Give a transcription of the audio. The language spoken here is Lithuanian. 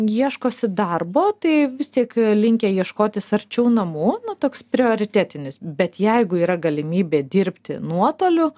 ieškosi darbo tai vis tiek linkę ieškotis arčiau namų toks prioritetinis bet jeigu yra galimybė dirbti nuotoliu